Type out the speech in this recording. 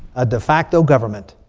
a de facto government,